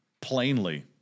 plainly